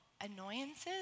annoyances